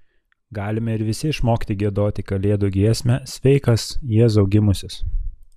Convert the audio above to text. galime ir visi išmokti giedoti kalėdų giesmę sveikas jėzau gimusis